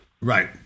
right